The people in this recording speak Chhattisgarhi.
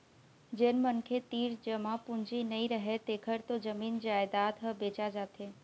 जेन मनखे तीर जमा पूंजी नइ रहय तेखर तो जमीन जयजाद ह बेचा जाथे